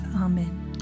Amen